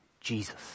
Jesus